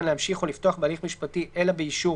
להמשיך או לפתוח בהליך משפטי אלא באישור